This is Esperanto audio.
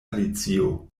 alicio